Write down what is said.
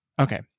Okay